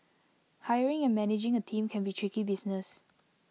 hiring and managing A team can be tricky business